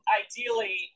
ideally